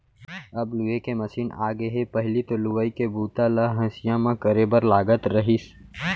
अब लूए के मसीन आगे हे पहिली तो लुवई के बूता ल हँसिया म करे बर लागत रहिस